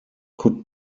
could